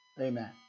Amen